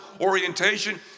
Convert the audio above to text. orientation